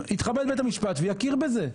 יתכבד בית המשפט ויכיר בזה.